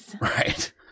Right